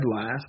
last